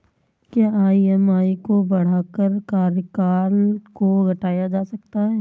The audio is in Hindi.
क्या ई.एम.आई को बढ़ाकर कार्यकाल को घटाया जा सकता है?